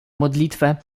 modlitwę